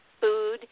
food